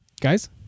Guys